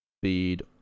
speed